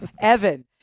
Evan